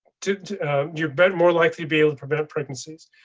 did you bet more likely be able to prevent pregnancies?